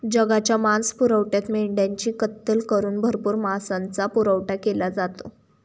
जगाच्या मांसपुरवठ्यात मेंढ्यांची कत्तल करून भरपूर मांसाचा पुरवठा केला जातो